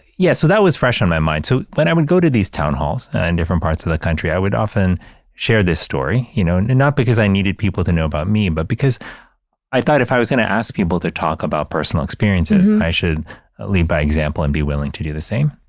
yeah, so that was fresh in my mind. so when i would go to these town halls in different parts of the country. i would often share this story, you know, and not because i needed people to know about me, but because i thought if i was going to ask people to talk about personal experiences, and i should lead by example and be willing to do the same